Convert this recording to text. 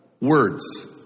Words